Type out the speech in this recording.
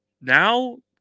now